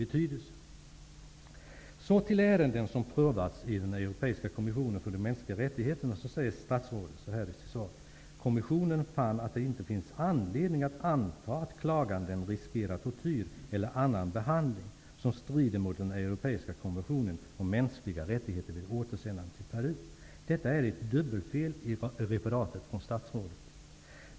Låt mig sedan gå över till ärenden som prövats i den europiska kommissionen för de mänskliga rättigheterna. Statsrådet säger så här i sitt svar: ''Kommissionen fann därför att det inte fanns anledning att anta att klagandena riskerar tortyr eller annan behandling som strider mot den europeiska konventionen om mänskliga rättigheter vid återsändande till Peru.'' Det finns ett dubbelfel i statsrådets referat.